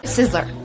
Sizzler